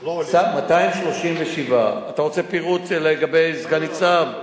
אתה תשאל את השאלה כפי שנוסחה.